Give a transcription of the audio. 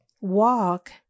walk